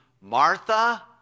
Martha